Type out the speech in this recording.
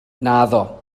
naddo